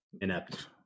inept